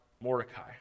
Mordecai